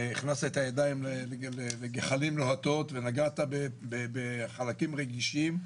הכנסת את הידיים לגחלים לוהטות ונגעת בחלקים רגישים.